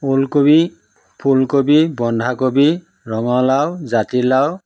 ওলকবি ফুলকবি বন্ধাকবি ৰঙালাও জাতিলাও